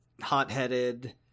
hot-headed